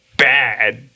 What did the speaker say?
bad